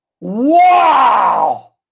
Wow